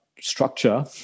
structure